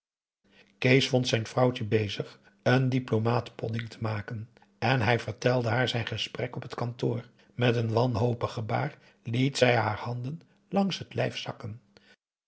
kees vond zijn vrouwtje bezig een diplomaat podding te maken en hij vertelde haar zijn gesprek op het kantoor met een wanhopig gebaar liet zij haar handen langs het lijf zakken